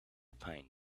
pine